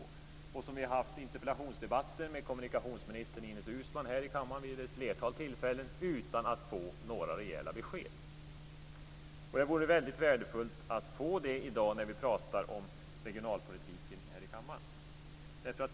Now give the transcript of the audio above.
Det har vi vid ett flertal tillfällen haft interpellationsdebatter med kommunikationsminister Ines Uusmann om här i kammaren utan att få några rejäla besked. Det vore väldigt värdefullt att få det i dag när vi pratar om regionalpolitiken här i kammaren.